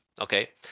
okay